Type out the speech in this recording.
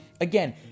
Again